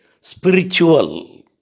spiritual